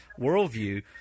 worldview